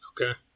Okay